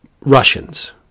Russians